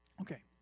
Okay